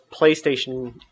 PlayStation